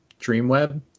Dreamweb